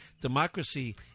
Democracy